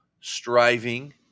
striving